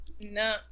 No